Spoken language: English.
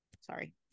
sorry